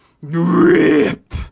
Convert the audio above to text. rip